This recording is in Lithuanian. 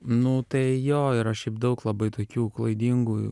nu tai jo yra šiaip daug labai tokių klaidingų